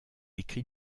écrit